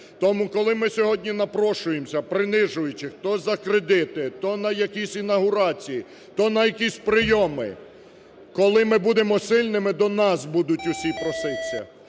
тому, коли ми сьогодні напрошуємося принижуючись, то за кредити, то на якісь інаугурації, то на якісь прийоми. Коли ми будемо сильними, до нас всі будуть проситися,